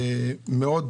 סביבה טובה מאוד,